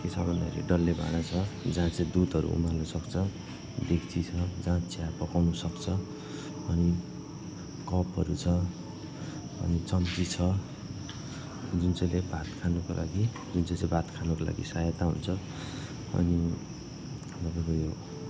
के के छ भन्दाखेरि डल्ले भाँडा छ जहाँ चाहिँ दुधहरू उमाल्न सक्छ डेक्ची छ जहाँ चाहिँ चिया पकाउनुसक्छ अनि कपहरू छ अनि चम्ची छ जुन चाहिँले भात खानुको लागि जुन चाहिँ भात खानुको लागि सहायता हुन्छ अनि तपाईँको यो